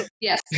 yes